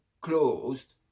closed